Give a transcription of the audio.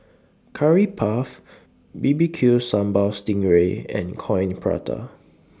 Curry Puff B B Q Sambal Sting Ray and Coin Prata